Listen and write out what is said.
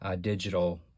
digital